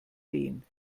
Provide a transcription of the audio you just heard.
sehen